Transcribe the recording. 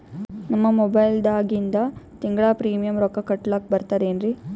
ನಮ್ಮ ಮೊಬೈಲದಾಗಿಂದ ತಿಂಗಳ ಪ್ರೀಮಿಯಂ ರೊಕ್ಕ ಕಟ್ಲಕ್ಕ ಬರ್ತದೇನ್ರಿ?